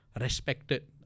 respected